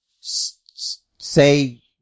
Say